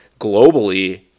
globally